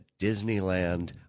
Disneyland